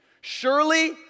Surely